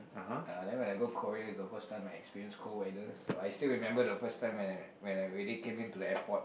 uh then when I go Korea is the first time I experienced cold weather so I still remember the first time when I when I really came into the airport